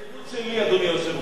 זו הסתייגות שלי, אדוני היושב-ראש.